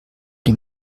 den